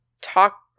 talk